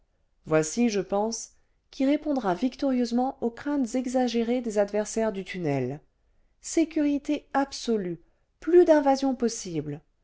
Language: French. voici je pense qui répondra victorieusement aux craintes exagérées des adversaires du tunnel sécurité absolue plus d'invasion possible